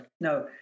no